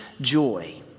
joy